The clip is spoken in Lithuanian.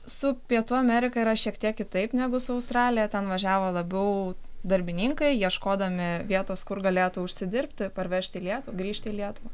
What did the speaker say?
su pietų amerika yra šiek tiek kitaip negu su australija ten važiavo labiau darbininkai ieškodami vietos kur galėtų užsidirbti parvežti į lietu grįžti į lietuvą